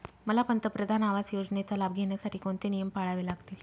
मला पंतप्रधान आवास योजनेचा लाभ घेण्यासाठी कोणते नियम पाळावे लागतील?